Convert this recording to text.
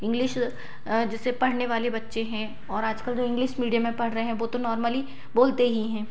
English जैसे पढ़ने वाले बच्चे हैं और आज कल जो इंग्लिश मीडियम में पढ़ रहे हैं वो तो नॉर्मली बोलते ही हैं